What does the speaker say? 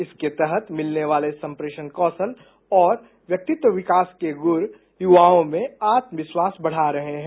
इसके तहत मिलने वाले संप्रेषण कौशल और व्यक्तिव विकास के गुर युवाओं में आत्मविश्वास बढा रहे हैं